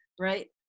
right